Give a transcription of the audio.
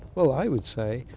well, i would say,